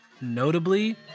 notably